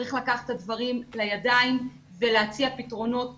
צריך לקחת את הדברים לידיים ולהציע פתרונות מהירים,